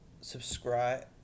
subscribe